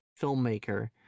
filmmaker